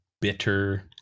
bitter